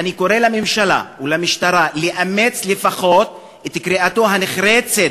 אני קורא לממשלה ולמשטרה לאמץ לפחות את קריאתו הנחרצת